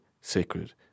sacred